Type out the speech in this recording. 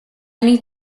need